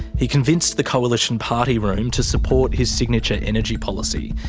he convinced the coalition party room to support his signature energy policy.